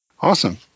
Awesome